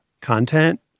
content